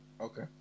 Okay